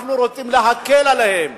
אנחנו רוצים להקל עליהם,